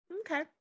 Okay